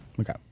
Okay